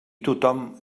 tothom